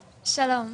שלום.